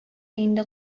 инде